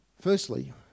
Firstly